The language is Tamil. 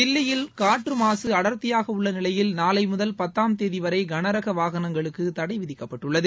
தில்லியில் காற்று மாசு அடர்த்தியாகியுள்ள நிலையில் நாளை முதல் பத்தாம் தேதி வரை கனரக வாகனங்களுக்கு தடை விதிக்கப்பட்டுள்ளது